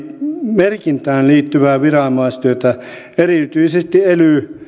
merkintään liittyvää viranomaistyötä erityisesti ely